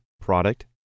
product